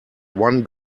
one